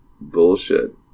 bullshit